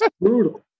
brutal